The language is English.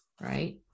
right